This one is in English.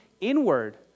inward